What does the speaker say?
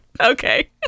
Okay